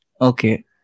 Okay